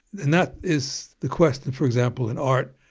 and that is the question for example in art,